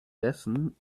dessen